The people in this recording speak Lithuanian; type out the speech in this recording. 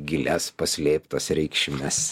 gilias paslėptas reikšmes